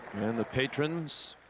andn the patrons,